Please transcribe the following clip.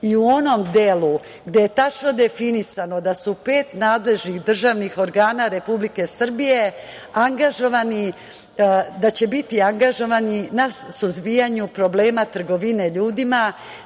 i u onom delu gde je tačno definisano da će pet nadležnih državnih organa Republike Srbije biti angažovano na suzbijanju problema trgovine ljudima